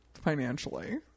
financially